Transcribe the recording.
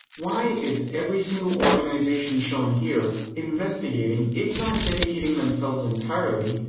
why is every single organization shown here investigating, if not dedicating themselves entirely,